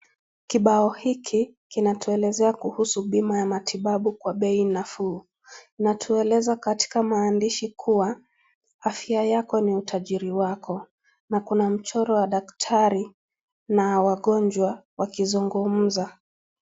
Kibao hiki kinatuelezea kuhusu bima ya matibabu kwa bei nafuu, inatueleza katika maandishi kuwa afya yako ni utajiri wako na kuna mchoro wa daktari na wagonjwa wakizungumza.